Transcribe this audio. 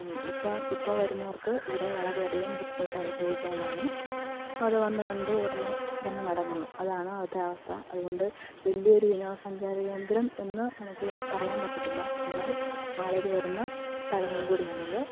ഇപ്പം ഇപ്പം വരുന്നവർക്ക് ഇവിടെ വളരെയധികം ബുദ്ധിമുട്ട് അനുഭവിച്ചു കൊണ്ടാണ് അവിടെ വന്ന് കണ്ടു ഉടനെ തന്നെ മടങ്ങുന്നു അതാണ് അവിടുത്തെ അവസ്ഥ അതുകൊണ്ട് വലിയ ഒരു വിനോദസഞ്ചാരകേന്ദ്രം എന്ന് നമുക്ക് പറയാൻ പറ്റത്തില്ല എന്നാൽ ആളുകൾ വരുന്ന സ്ഥലം കൂടിയാണിത്